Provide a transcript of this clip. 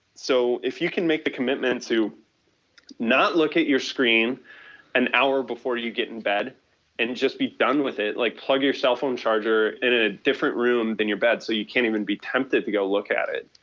so, if you can make the commitment to not look at your screen an hour before you get in bed and just be done with it. like plug your cell phone charger in a different room in your bed, so you can't even be tempted to go look at it,